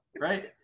right